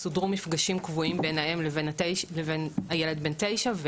סודרו מפגשים קבועים בין האם לילד בן תשע,